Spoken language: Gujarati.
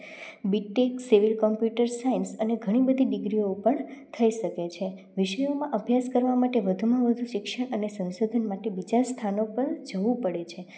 બીટેક સિવિલ કમ્પ્યુટર સાયન્સ અને ઘણી બધી ડિગ્રીઓ પણ થઈ શકે છે વિષયોમાં અભ્યાસ કરવા માટે વધુમાં વધુ શિક્ષણ અને સંશોધન માટે બીજા સ્થાનો પર જવું પડે છે